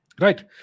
Right